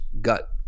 gut